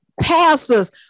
pastors